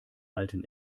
alten